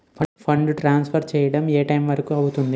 Fund transfer చేయడం ఏ time వరుకు అవుతుంది?